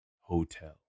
hotel